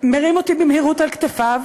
מרים אותי במהירות על כתפיו